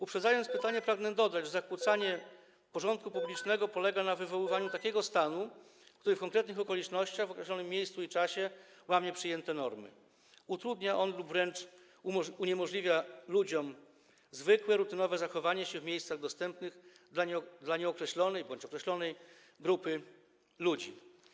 Uprzedzając pytanie, pragnę dodać, że zakłócanie porządku publicznego polega na wywoływaniu takiego stanu, który w konkretnych okolicznościach, określonym miejscu i czasie łamie przyjęte normy, utrudnia lub wręcz uniemożliwia ludziom zwykłe, rutynowe zachowanie się w miejscach dostępnych dla nieokreślonej bądź określonej grupy ludzi.